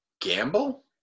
Gamble